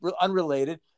unrelated